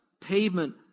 pavement